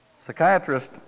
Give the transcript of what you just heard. Psychiatrist